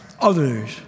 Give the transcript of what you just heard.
others